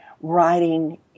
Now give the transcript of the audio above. writing